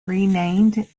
renamed